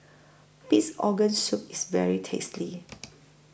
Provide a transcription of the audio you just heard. Pig'S Organ Soup IS very tasty